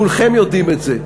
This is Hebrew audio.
כולכם יודעים את זה,